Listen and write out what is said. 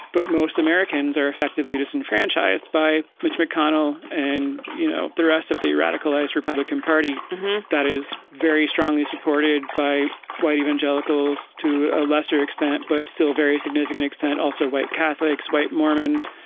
but most americans are effectively disenfranchised by mitch mcconnell. and you know, the rest of the radicalized republican party that is very strongly supported by white evangelicals to a lesser extent, but still very significant extent. also white catholics, white mormons.